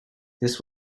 this